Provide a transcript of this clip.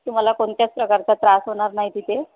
तुम्हाला कोणत्याच प्रकारचा त्रास होणार नाही तिथे